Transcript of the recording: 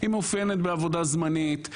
עבודה זמנית,